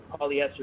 polyester